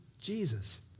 Jesus